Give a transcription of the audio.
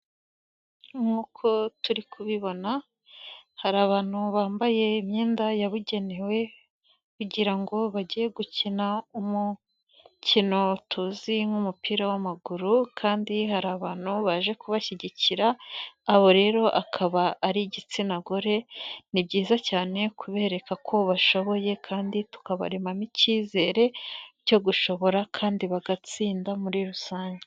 Nk'uko turi kubibona hari abantu bambaye imyenda yabugenewe kugira ngo bajye gukina umukino tuzi nk'umupira w'amaguru kandi hari abantu baje kubashyigikira abo rero akaba ari igitsina gore, ni byiza cyane kubereka ko bashoboye kandi tukabaremamo ikizere cyo gushobora kandi bagatsinda muri rusange.